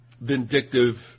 vindictive